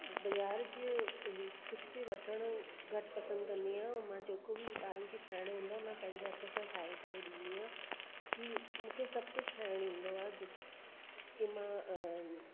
बज़ारि जो कुझु बि वठण घटि पसंदि कंदी आहियां ऐं मां जेको बि ॿारनि खे खाइणो हूंदो आहे मां पंहिंजे हथ सां ठाहे करे ॾींदी आहियां की मूंखे सभु कुझु ठाहिणु ईंदो आहे जे की मां